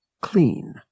clean